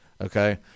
Okay